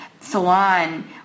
Salon